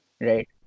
right